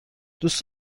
دوست